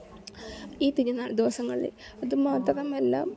ഈ തിരുനാൾ ദിവസങ്ങളിൽ അതുമാത്രമല്ല